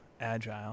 Agile